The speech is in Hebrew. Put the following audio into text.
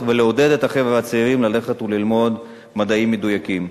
ולעודד את הצעירים ללכת וללמוד מדעים מדויקים.